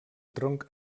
tronc